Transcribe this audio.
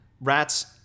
Rats